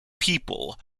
people